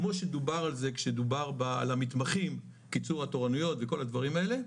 כמו שדובר על זה כשדובר על המתמחים קיצור התורניות וכל הדברים האלה,